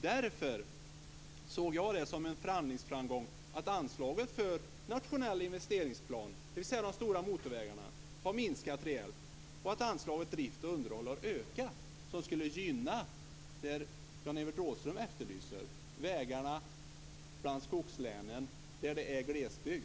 Därför såg jag det som en förhandlingsframgång att anslaget för nationella investeringsplaner, dvs. de stora vägarna, har minskat rejält och att anslaget till drift och underhåll har ökat, som skulle gynna det som Rådhström efterlyser, vägarna i skogslänen där det är glesbygd.